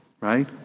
right